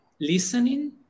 listening